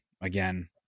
again